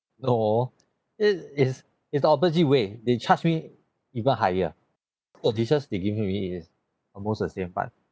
no it is it's the opposite way they charge me even higher oh dishes they give me really is almost the same fan